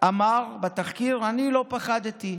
אמר בתחקיר: אני לא פחדתי.